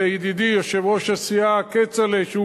לידידי יושב-ראש הסיעה כצל'ה,